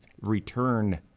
return